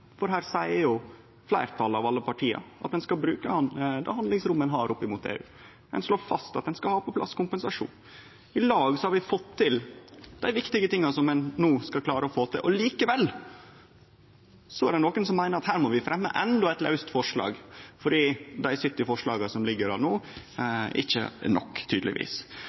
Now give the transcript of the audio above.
for her seier jo fleirtalet av alle partia at ein skal bruke det handlingsrommet ein har opp mot EU. Ein slår fast at ein skal ha på plass kompensasjon. I lag har vi fått til dei viktige tinga som ein no skal klare å få til. Og likevel er det nokre som meiner at her må vi fremje endå eit laust forslag, fordi dei 70 forslaga som ligg der no, ikkje er nok, tydelegvis.